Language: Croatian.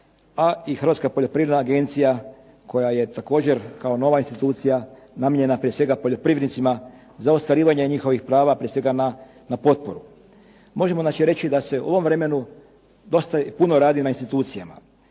a i Hrvatska poljoprivredna agencija koja je također kao nova institucija namijenjena prije svega poljoprivrednicima za ostvarivanje njihovih prava, prije svega na potporu. Možemo znači reći da se u ovom vremenu dosta puno radi na institucijama,